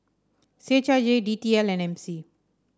C H I J D T L and M C